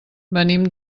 venim